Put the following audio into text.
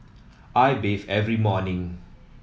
I bathe every morning